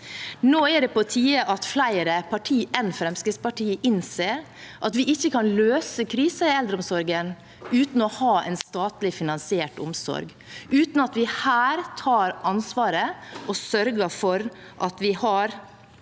Nå er det på tide at flere partier enn Fremskrittspartiet innser at vi ikke kan løse krisen i eldreomsorgen uten å ha en statlig finansiert omsorg, uten at vi her tar ansvaret og sørger for at vi har